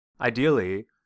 Ideally